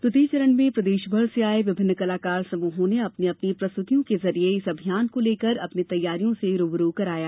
द्वितीय चरण में प्रदेशभर से आये विभिन्न कलाकार समूहों ने अपनी अपनी प्रस्तुतियों के जरिए इस अभियान को लेकर अपनी तैयारियों से रू ब रू कराया